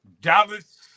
Dallas